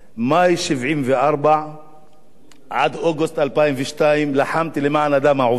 ממאי 1974 עד אוגוסט 2002 לחמתי למען האדם העובד.